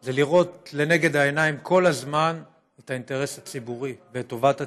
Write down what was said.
זה לראות לנגד העיניים כל הזמן את האינטרס הציבורי ואת טובת הציבור.